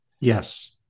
Yes